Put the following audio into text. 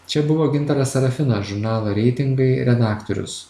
čia buvo gintaras serafinas žurnalo reitingai redaktorius